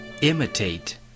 Imitate